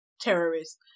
terrorists